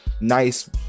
nice